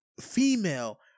female